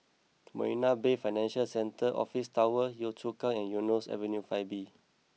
Marina Bay Financial Centre Office Tower Yio Chu Kang and Eunos Avenue Five B